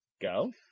Go